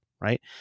right